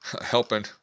helping